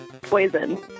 Poison